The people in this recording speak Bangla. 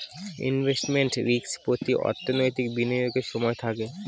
ইনভেস্টমেন্ট রিস্ক প্রতি অর্থনৈতিক বিনিয়োগের সময় থাকে